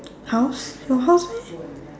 house got house meh